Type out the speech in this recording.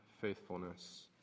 faithfulness